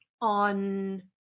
on